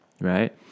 right